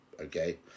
Okay